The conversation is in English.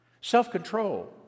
self-control